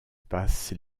passe